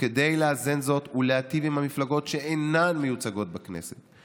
וכדי לאזן זאת ולהיטיב עם המפלגות שאינן מיוצגות בכנסת,